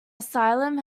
asylum